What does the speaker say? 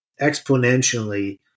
exponentially